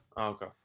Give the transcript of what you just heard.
Okay